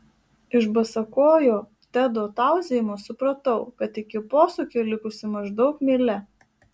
iš basakojo tedo tauzijimo supratau kad iki posūkio likusi maždaug mylia